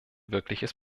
wirkliches